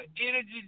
energy